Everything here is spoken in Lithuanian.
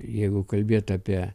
jeigu kalbėti apie